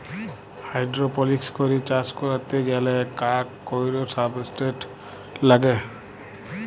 hydroponics করে চাষ ক্যরতে গ্যালে কাক কৈর সাবস্ট্রেট লাগে